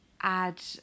add